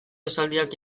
esaldiak